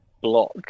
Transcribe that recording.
block